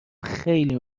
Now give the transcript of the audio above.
خیلی